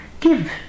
Give